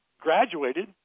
graduated